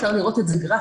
אפשר לראות את זה גרפית,